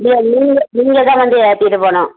இல்லை நீங்கள் நீங்கள் தான் வந்து ஏற்றிட்டுப் போகணும்